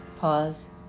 pause